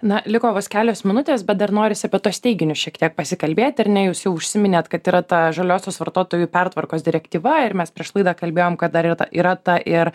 na liko vos kelios minutės bet dar norisi apie tuos teiginius šiek tiek pasikalbėti ar ne jūs jau užsiminėt kad yra ta žaliosios vartotojų pertvarkos direktyva ir mes prieš laidą kalbėjom kad dar yra ta yra ta ir